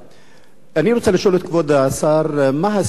אני רוצה לשאול את כבוד השר מה ההסבר של